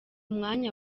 mwanya